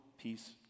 peace